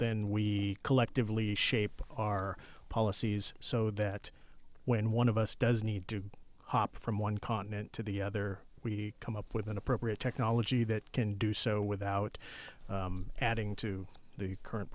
then we collectively shape our policies so that when one of us does need to hop from one continent to the other we come up with an appropriate technology that can do so without adding to the current